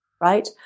right